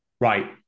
Right